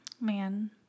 Man